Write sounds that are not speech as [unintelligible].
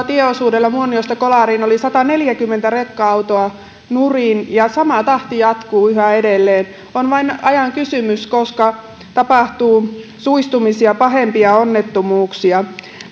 [unintelligible] tieosuudella muoniosta kolariin oli sataneljäkymmentä rekka autoa nurin ja sama tahti jatkuu yhä edelleen on vain ajan kysymys koska tapahtuu suistumisia pahempia onnettomuuksia